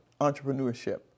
entrepreneurship